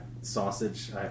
sausage